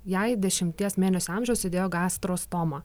jai dešimties mėnesių amžiaus įdėjo gastrostomą